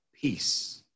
peace